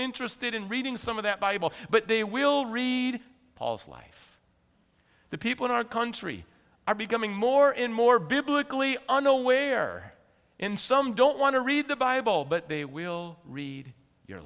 interested in reading some of that bible but they will read paul's life the people in our country are becoming more and more biblically a no way air in some don't want to read the bible but they will read your